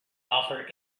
offer